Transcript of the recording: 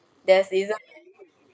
there's this